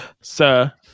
Sir